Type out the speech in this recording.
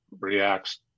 reacts